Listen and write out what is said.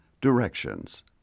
Directions